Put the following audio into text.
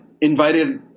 invited